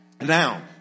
now